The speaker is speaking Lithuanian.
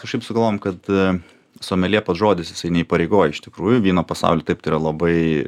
kažkaip sugalvojom kad someljė pats žodis jisai neįpareigoja iš tikrųjų vyno pasauly taip yra labai